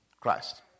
Christ